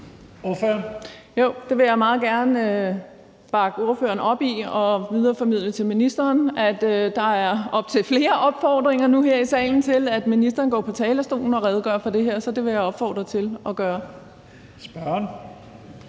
det vil jeg meget gerne bakke ordføreren op i og videreformidle til ministeren, nemlig at der er op til flere opfordringer nu her i salen til, at ministeren går på talerstolen og redegør for det her – så det vil jeg opfordre ham til at gøre.